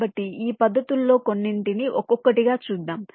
కాబట్టి ఈ పద్ధతుల్లో కొన్నింటిని ఒక్కొక్కటిగా చూద్దాం